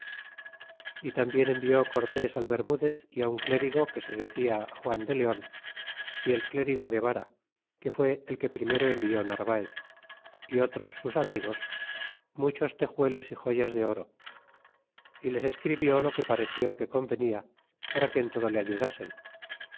y tambien envió cortés al bei mudez y á un clérigo que se decia juan de leon y el clérigo guevara que fuó el que primero envió narvaez y otros sus amigos muchos tejuelos y joyas de oro y les escribió lo que pareció que convenia para que en todo le ayudasen